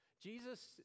Jesus